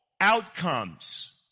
outcomes